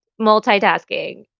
multitasking